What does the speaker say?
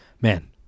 man